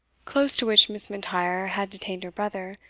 close to which miss m'intyre had detained her brother,